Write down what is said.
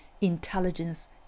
intelligence